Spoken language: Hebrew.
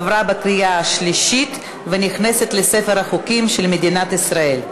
עבר בקריאה השלישית ונכנס לספר החוקים של מדינת ישראל.